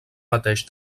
mateix